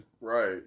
Right